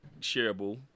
shareable